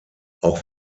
auch